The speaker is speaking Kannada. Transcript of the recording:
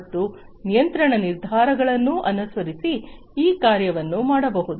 ಮತ್ತು ನಿಯಂತ್ರಣ ನಿರ್ಧಾರಗಳನ್ನು ಅನುಸರಿಸಿ ಈ ಕಾರ್ಯವನ್ನು ಮಾಡಬಹುದು